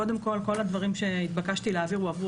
קודם כל כל הדברים שהתבקשתי להעביר הועברו